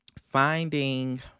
finding